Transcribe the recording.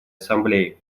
ассамблеи